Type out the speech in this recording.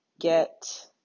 get